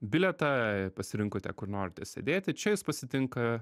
bilietą pasirinkote kur norite sėdėti čia jus pasitinka